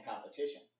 competition